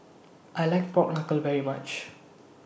I like Pork Knuckle very much